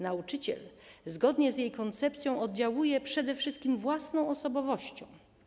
Nauczyciel zgodnie z jej koncepcją oddziałuje przede wszystkim własną osobowością.